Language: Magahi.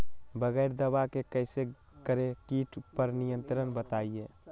बगैर दवा के कैसे करें कीट पर नियंत्रण बताइए?